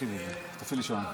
תפעילי שעון.